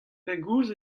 pegoulz